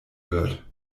wird